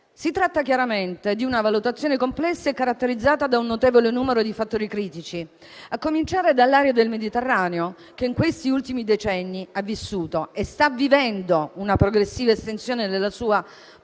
Si tratta chiaramente di una valutazione complessa e caratterizzata da un notevole numero di fattori critici, a cominciare dall'area del Mediterraneo, che in questi ultimi decenni ha vissuto e sta vivendo una progressiva estensione della sua profondità